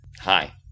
Hi